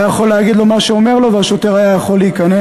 היה יכול להגיד לו מה שאומר לו והשוטר היה יכול להיכנס.